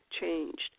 changed